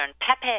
Pepe